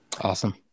Awesome